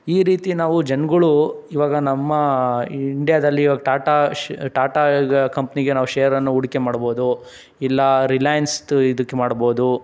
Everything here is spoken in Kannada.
ಈ ರೀತಿ ನಾವು ಜನ್ಗಳು ಇವಾಗ ನಮ್ಮ ಇಂಡ್ಯಾದಲ್ಲಿ ಇವಾಗ ಟಾಟಾ ಶ್ ಟಾಟಾ ಕಂಪ್ನಿಗೆ ನಾವು ಶೇರನ್ನು ಹೂಡಿಕೆ ಮಾಡ್ಬೋದು ಇಲ್ಲ ರಿಲಯನ್ಸ್ದು ಇದಕ್ಕೆ ಮಾಡ್ಬೋದು